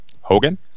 Hogan